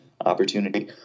opportunity